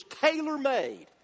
tailor-made